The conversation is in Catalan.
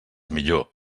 millor